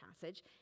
passage